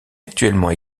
actuellement